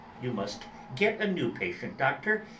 you must get a new patient, doctor,